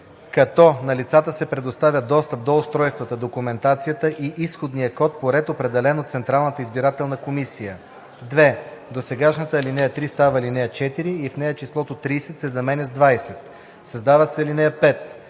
като на лицата се предоставя достъп до устройствата, документацията и изходния код по ред, определен от Централната избирателна комисия.“ 2. Досегашната ал. 3 става ал. 4 и в нея числото „30“ се заменя с „20“. 3. Създава се ал. 5: